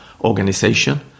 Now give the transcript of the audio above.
organization